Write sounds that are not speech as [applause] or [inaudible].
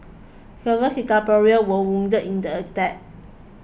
several [unintelligible] were wounded in the attack